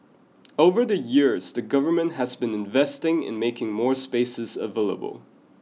over the years the government has been investing in making more spaces available